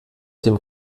dem